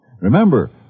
Remember